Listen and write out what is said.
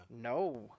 No